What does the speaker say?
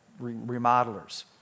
remodelers